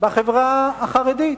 בחברה החרדית.